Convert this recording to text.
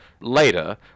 later